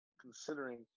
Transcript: considering